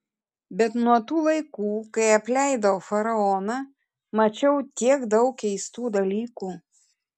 bet nuo tų laikų kai apleidau faraoną mačiau tiek daug keistų dalykų